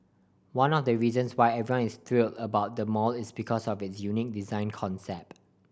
one of the reasons why everyone is thrill about the mall is because of its unique design concept